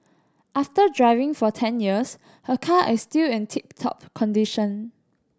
after driving for ten years her car is still in tip top condition